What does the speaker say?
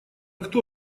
кто